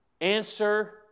answer